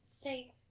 say